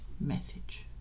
message